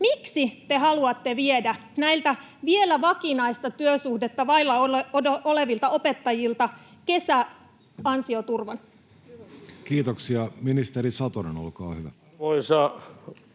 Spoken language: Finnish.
Miksi te haluatte viedä näiltä vielä vakinaista työsuhdetta vailla olevilta opettajilta kesäansioturvan? Kiitoksia. — Ministeri Satonen, olkaa hyvä.